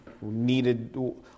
needed